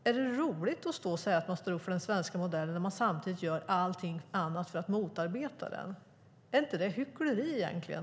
Är det roligt att stå och säga att ni står upp för den svenska modellen när ni samtidigt gör allt för att motarbeta den? Är det inte hyckleri egentligen?